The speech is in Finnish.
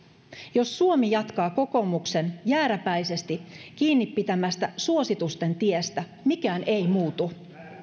jos suomi jatkaa kokoomuksen jääräpäisesti kiinni pitämällä suositusten tiellä mikään ei muutu